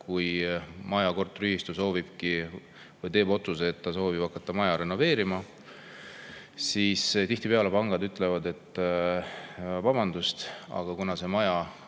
kui korteriühistu teeb otsuse, et ta soovib hakata maja renoveerima, siis tihtipeale pangad ütlevad, et vabandust, aga kuna see maja